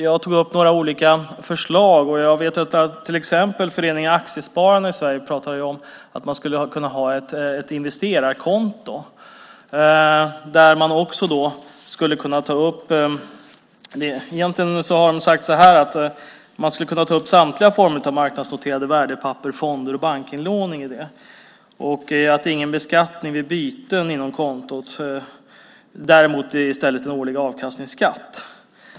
Jag tog upp några olika förslag, och jag vet att till exempel föreningen Aktiespararna i Sverige pratar om att man skulle kunna ha ett investerarkonto där man också skulle kunna ta upp samtliga former av marknadsnoterade värdepapper, fonder och bankinlåning. Det skulle inte vara någon beskattning av byten inom konton utan i stället en årlig avkastningsskatt.